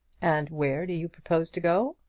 and where do you propose to go?